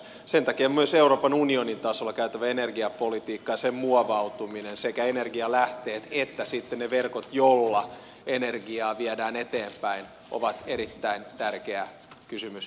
sen takia myös euroopan unionin tasolla käytävä energiapolitiikka ja sen muovautuminen sekä energialähteet että sitten ne verkot joilla energiaa viedään eteenpäin on erittäin tärkeä kysymys tulevaisuudelle